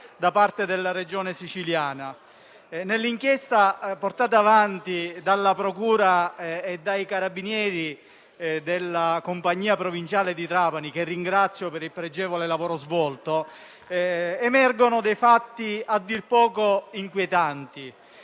da parte della Regione Siciliana. Nell'inchiesta, portata avanti dalla procura e dai carabinieri della compagnia provinciale di Trapani, che ringrazio per il pregevole lavoro svolto, emergono dei fatti a dir poco inquietanti.